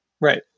Right